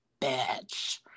bitch